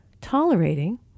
Tolerating